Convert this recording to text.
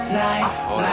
life